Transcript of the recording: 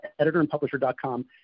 Editorandpublisher.com